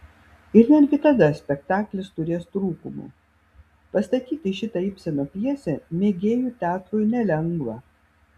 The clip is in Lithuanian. ir netgi tada spektaklis turės trūkumų pastatyti šitą ibseno pjesę mėgėjų teatrui nelengva